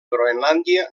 groenlàndia